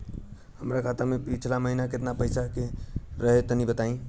हमरा खाता मे पिछला महीना केतना पईसा रहे तनि बताई?